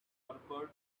forgot